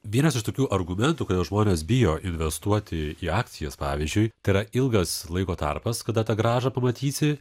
vienas iš tokių argumentų kodėl žmonės bijo investuoti į akcijas pavyzdžiui ty ra ilgas laiko tarpas kada tą grąžą pamatysi